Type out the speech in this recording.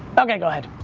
ok, go ahead.